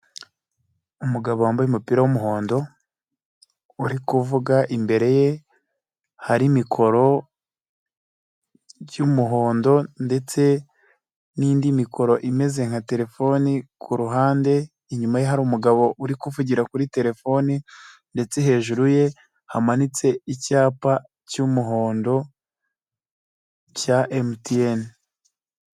Umugabo wambaye umupira w'umuhondo uri kuvuga imbere ye hari mikoro y'umuhondo ndetse n'indi mikoro imeze nka telefoni, ku ruhande inyuma ye hari umugabo uri kuvugira kuri telefoni ndetse hejuru ye hamanitse icyapa cy'umuhondo cya MTN.